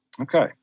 Okay